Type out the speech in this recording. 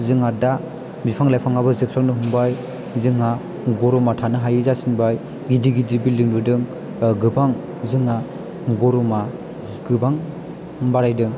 जोंहा दा बिफां लाइफाङाबो जोबस्रांनो हमबाय जोंहा गरमा थानो हायै जासिनबाय गिदिर गिदिर बिल्दिं लुदों गोबां जोंहा गरमा गोबां बारायदों